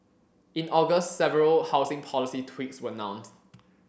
in August several housing policy tweaks were announced